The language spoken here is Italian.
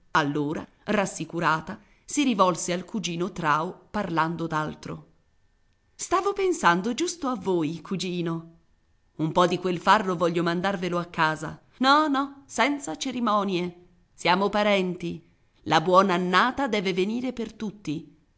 allora rassicurata si rivolse al cugino trao parlando d'altro stavo pensando giusto a voi cugino un po di quel farro voglio mandarvelo a casa no no senza cerimonie siamo parenti la buon'annata deve venire per tutti